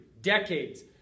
decades